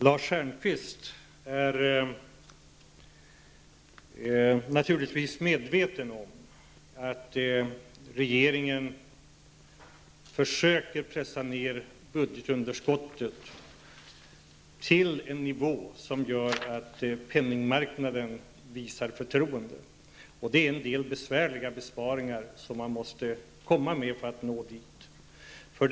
Lars Stjernkvist är naturligtvis medveten om att regeringen försöker pressa ner budgetunderskottet till en nivå som gör att penningmarknaden visar förtroende, och för att nå dit måste man komma med en del besvärliga besparingar.